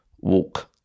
walk